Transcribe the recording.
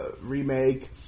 remake